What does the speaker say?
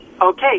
Okay